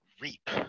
reap